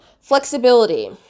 flexibility